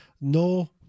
no